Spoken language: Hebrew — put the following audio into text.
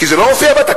כי זה לא מופיע בתקציב,